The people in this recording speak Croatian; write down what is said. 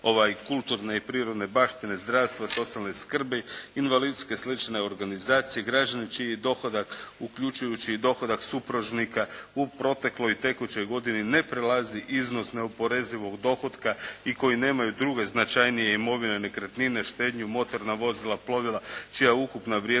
kulturne i prirodne baštine, zdravstva, socijalne skrbi, invalidske i slične organizacije, građani čiji je dohodak uključujući i dohodak supružnika u protekloj i tekućoj godini ne prelazi iznos neoporezivog dohotka i koji nemaju druge značajnije imovine, nekretnine, štednju, motorna vozila, plovila, čija ukupna vrijednost